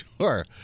Sure